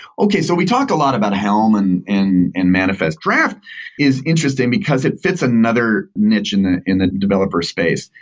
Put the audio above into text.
okay. so we talk a lot about helm and and manifest. draft is interesting because it fits another niche in the in the developer space.